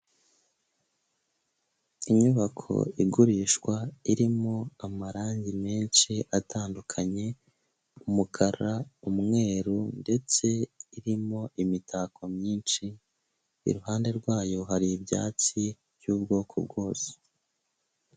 Inyubako igurishwa, irimo amarangi menshi atandukanye, umukara, umweru ndetse irimo imitako myinshi, iruhande rwayo hari ibyatsi by'ubwoko bwose.